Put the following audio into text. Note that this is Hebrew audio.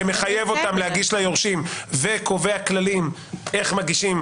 שמחייבת אותם להגיש ליורשים וקובעת כללים איך להגיש.